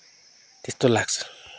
त्यस्तो लाग्छ